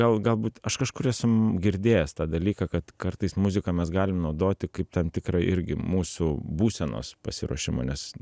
gal galbūt aš kažkur esu girdėjęs tą dalyką kad kartais muziką mes galim naudoti kaip tam tikrą irgi mūsų būsenos pasiruošimą nes